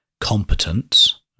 competence